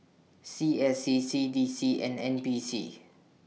C S C C D C and N P C